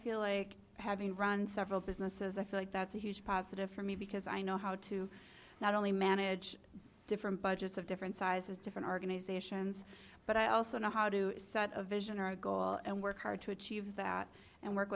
feel like having run several businesses i feel like that's a huge positive for me because i know how to not only manage different budgets of different sizes different organizations but i also know how to set a vision or a goal and work hard to achieve that and work